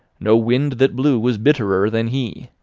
no wind that blew was bitterer than he,